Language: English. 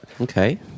Okay